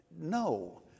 No